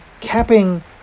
capping